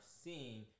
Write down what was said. seeing